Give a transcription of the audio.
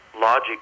logic